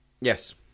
yes